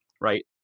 right